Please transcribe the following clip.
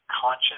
conscious